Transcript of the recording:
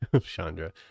chandra